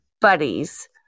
buddies